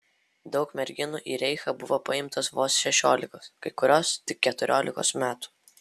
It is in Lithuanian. daug merginų į reichą buvo paimtos vos šešiolikos kai kurios tik keturiolikos metų